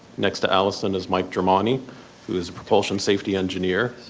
next to allison is mike germani who is the propulsion safety engineer.